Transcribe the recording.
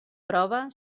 prova